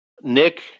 nick